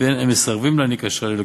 ולפיהן הם מסרבים לתת אשראי ללקוחות,